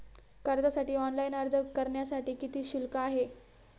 कर्जासाठी ऑनलाइन अर्ज करण्यासाठी किती शुल्क आहे?